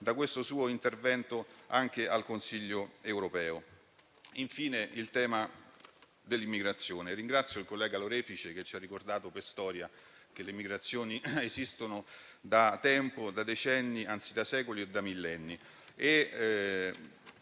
dal suo intervento al Consiglio europeo. Infine c'è il tema dell'immigrazione. Ringrazio il collega Lorefice, che ci ha ricordato che storicamente le migrazioni esistono da tempo, da decenni, anzi da secoli e da millenni.